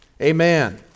Amen